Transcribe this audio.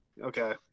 Okay